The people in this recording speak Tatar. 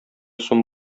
сум